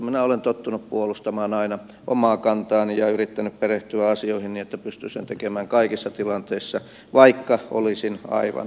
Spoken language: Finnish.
minä olen tottunut puolustamaan aina omaa kantaani ja yrittänyt perehtyä asioihin niin että pystyn sen tekemään kaikissa tilanteissa vaikka olisin aivan yksin